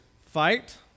fight